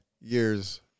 years